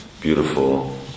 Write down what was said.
beautiful